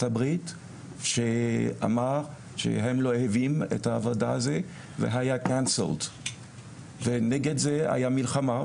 הברית שאמר שהם לא אוהבים את העבודה הזו והיה ביטול ונגד זה הייתה מלחמה,